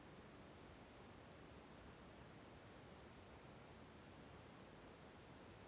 Insurance ಕಂಪನಿಯವರು ನೇಡೊ insurance ಮಾಹಿತಿಗಳನ್ನು ನಾವು ಹೆಂಗ ತಿಳಿಬಹುದ್ರಿ?